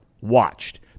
watched